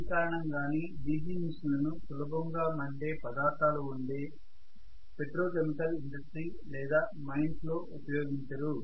ఈ కారణం గానే DC మెషిన్లను సులభముగా మండే పదార్థాలు ఉండే పెట్రోకెమికల్ ఇండస్ట్రీ లేదా మైన్స్ లో ఉపయోగించరు